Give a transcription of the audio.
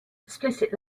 explicit